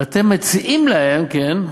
ואתם מציעים להם, כן: